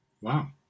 Wow